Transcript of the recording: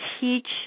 teach